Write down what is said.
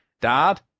Dad